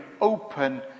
open